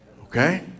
Okay